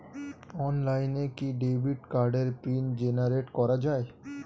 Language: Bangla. অনলাইনে কি ডেবিট কার্ডের পিন জেনারেট করা যায়?